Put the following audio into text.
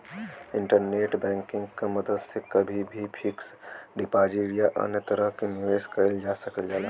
internet banking क मदद से कभी भी फिक्स्ड डिपाजिट या अन्य तरह क निवेश कइल जा सकल जाला